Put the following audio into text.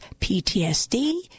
PTSD